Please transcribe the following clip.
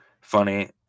funny